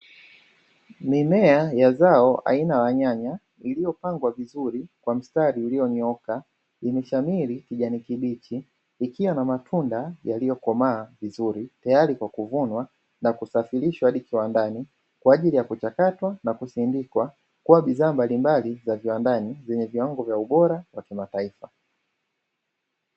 Mimea ya zao aina ya nyanya iliyopangwa vizuri kwa mstari, ulionyooka imeshamiri kijani kibichi, ikiwa na matunda yaliyokomaa vizuri, tayari kwa kuvunwa na kusafirishwa hadi kiwandani kwa ajili ya kuchakatwa na kusindikwa kuwa bidhaa mbalimbali za viwandani vyenye viwango yva ubora wa kimataifa.